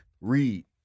Read